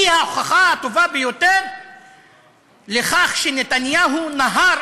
זו ההוכחה הטובה ביותר לכך שנתניהו נהר